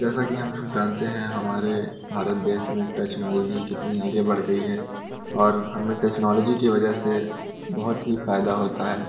जैसा कि हम सब जानते हैं हमारे भारत देश में टचनोलॉजी कितनी आगे बढ़ गई है और हमें टेकनोलॉजी की वजह से बहुत ही फ़ायदा होता हैं